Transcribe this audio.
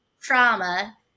trauma